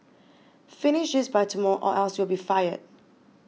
finish this by tomorrow or else you'll be fired